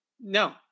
no